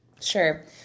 Sure